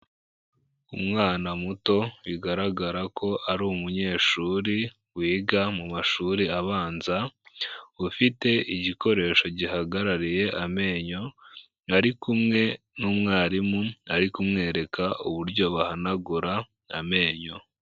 Umwana muto bigaragara ko ari umunyeshuri wiga mu mashuri abanza, ufite igikoresho gihagarariye amenyo, ari kumwe n'umwarimu ari kumwereka uburyo bahanagura amenyo.